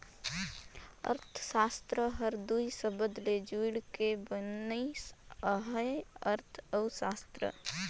अर्थसास्त्र हर दुई सबद ले जुइड़ के बनिस अहे अर्थ अउ सास्त्र